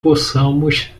podemos